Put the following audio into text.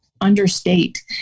understate